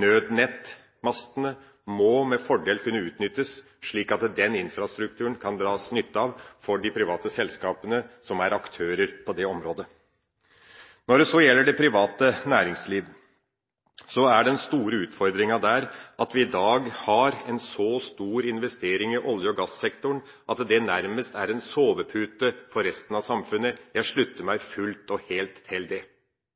Nødnettmastene må med fordel kunne utnyttes, slik at de private selskapene som er aktører på det området, kan dra nytt av den infrastrukturen. Når det så gjelder det private næringsliv, er den store utfordringa at vi i dag har en så stor investering i olje- og gassektoren at det nærmest er en sovepute for resten av samfunnet. Jeg slutter meg fullt og helt til det.